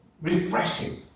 refreshing